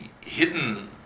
hidden